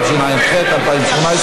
התשע"ח 2018,